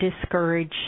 discourage